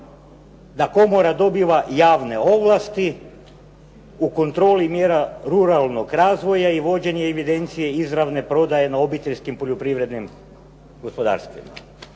da komora dobiva javne ovlasti u kontroli mjera ruralnog razvoja i vođenje evidencije izravne prodaje na obiteljskim poljoprivrednim gospodarstvima.